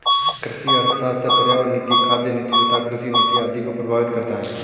कृषि अर्थशास्त्र पर्यावरण नीति, खाद्य नीति तथा कृषि नीति आदि को प्रभावित करता है